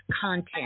content